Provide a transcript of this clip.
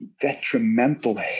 detrimental